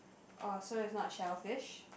oh sorry it's not shellfish